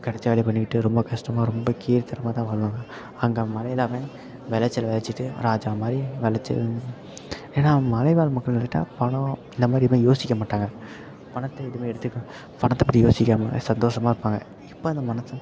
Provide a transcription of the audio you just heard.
கிடச்ச வேலையை பண்ணிக்கிட்டு ரொம்ப கஷ்டமா ரொம்ப கீழ்த்தரமான தான் வாழ்வாங்க அங்கே மலையில் அவன் விளச்சல விளச்சிட்டு ராஜா மாதிரி விளச்சல் ஏன்னால் மலைவாழ் மக்களுக்கிட்டே பணம் இந்த மாதிரி எதுவுமே யோசிக்க மாட்டாங்க பணத்தை எதுமே எடுத்துக்க பணத்தைப் பற்றி யோசிக்காமல் சந்தோஷமாக இருப்பாங்க எப்போ அந்த மனுஷன்